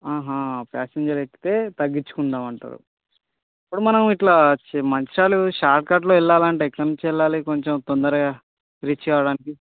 passenger ఎక్కితే తగ్గించుకుందాము అంటారు ఇప్పుడు మనం ఎట్లా మంచిర్యాల షార్ట్కట్లో వెళ్ళాలి అంటే ఎక్కడ నుంచి వెళ్ళాలి కొంచెం తొందరగా రీచ్ కావడానికి